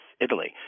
Italy